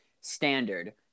standard